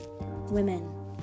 women